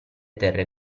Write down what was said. terre